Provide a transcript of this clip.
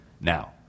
Now